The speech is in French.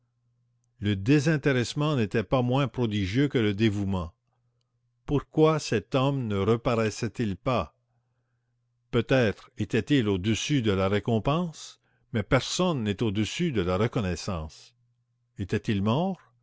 le désintéressement n'était pas moins prodigieux que le dévouement pourquoi cet homme ne reparaissait il pas peut-être était-il au-dessus de la récompense mais personne n'est au-dessus de la reconnaissance était-il mort